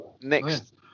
next